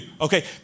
Okay